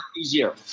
easier